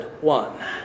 one